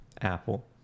Apple